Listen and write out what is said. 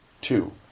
two